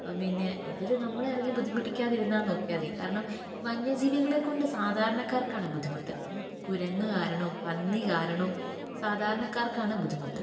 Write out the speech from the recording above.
ഇപ്പം പിന്നെ അവർ നമ്മളെ ഇറങ്ങി ബുദ്ധിമുട്ടിക്കാതിരു ന്നാൽ നോക്കിയാൽ മതി കാരണം വന്യജീവികളെക്കൊണ്ട് സാധാരണക്കാർക്കാണ് ബുദ്ധിമുട്ട് കുരങ്ങ് കാരണവും പന്നി കാരണവും സാധാരണക്കാർക്കാണ് ബുദ്ധിമുട്ട്